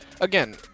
again